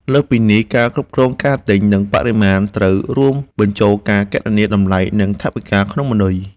លើសពីនេះ ការគ្រប់គ្រងការទិញ និងបរិមាណត្រូវរួមបញ្ចូលការគណនាតម្លៃ និងថវិកាក្នុងម៉ឺនុយ